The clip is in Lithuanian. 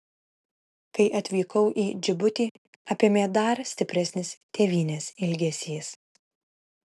kai atvykau į džibutį apėmė dar stipresnis tėvynės ilgesys